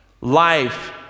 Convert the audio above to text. life